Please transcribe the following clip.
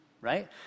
right